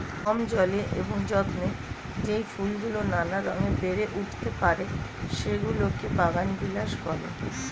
কম জলে এবং যত্নে যেই ফুলগুলো নানা রঙে বেড়ে উঠতে পারে, সেগুলোকে বাগানবিলাস বলে